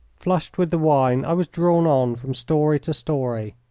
flushed with the wine, i was drawn on from story to story.